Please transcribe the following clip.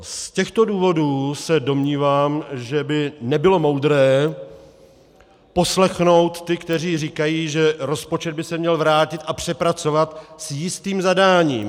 Z těchto důvodů se domnívám, že by nebylo moudré poslechnout ty, kteří říkají, že rozpočet by se měl vrátit a přepracovat s jistým zadáním.